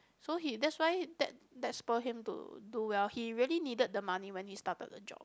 so he that's why that that spur him to do well he really needed the money when he started the job